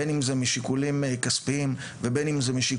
בין אם זה משיקולים כספיים ובין אם זה משיקולים